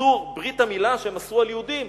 איסור ברית המילה שהם אסרו על היהודים,